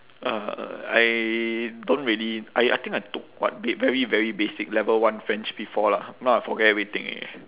uh I don't really I I think I took what ba~ very very basic level one french before lah now I forget everything already